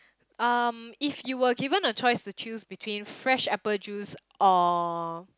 um if you were given a choice to choose between fresh apple juice or